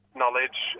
knowledge